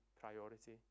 priority